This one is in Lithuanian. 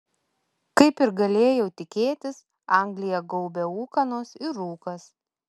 kaip ir galėjau tikėtis angliją gaubė ūkanos ir rūkas